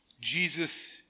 Jesus